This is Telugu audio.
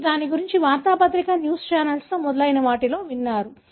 మీరు దాని గురించి వార్తాపత్రిక న్యూస్ ఛానెల్లు మొదలైన వాటిలో విన్నాను